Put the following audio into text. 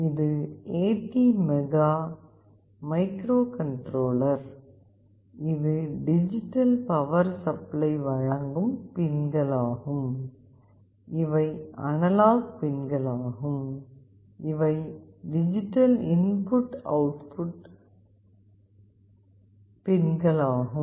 இது ATmega microcontroller இது digital power supply வழங்கும் பின்களாகும் இவை அனலாக் பின்களாகும் இவை டிஜிட்டல் இன்புட் அவுட்புட் பின்களாகும்